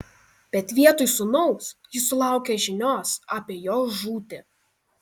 bet vietoj sūnaus ji sulaukė žinios apie jo žūtį